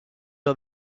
are